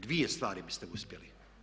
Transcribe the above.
Dvije stvari biste uspjeli.